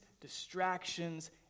distractions